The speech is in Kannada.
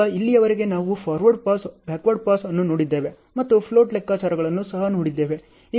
ಈಗ ಇಲ್ಲಿಯವರೆಗೆ ನಾವು ಫಾರ್ವರ್ಡ್ ಪಾಸ್ ಬ್ಯಾಕ್ವರ್ಡ್ ಪಾಸ್ ಅನ್ನು ನೋಡಿದ್ದೇವೆ ಮತ್ತು ಫ್ಲೋಟ್ ಲೆಕ್ಕಾಚಾರಗಳನ್ನು ಸಹ ನೋಡಿದ್ದೇವೆ